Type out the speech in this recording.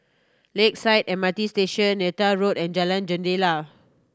Lakeside M R T Station Neythai Road and Jalan Jendela